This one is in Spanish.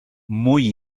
muy